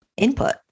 input